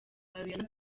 ariana